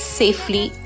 safely